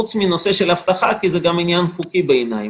חוץ מנושא של אבטחה כי זה גם עניין חוקי בעיניי.